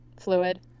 fluid